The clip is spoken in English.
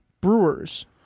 Brewer's